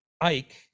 Ike